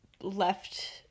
left